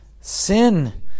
Sin